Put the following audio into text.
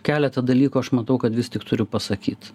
keletą dalykų aš matau kad vis tik turiu pasakyt